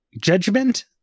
judgment